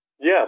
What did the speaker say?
Yes